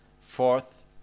Fourth